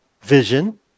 vision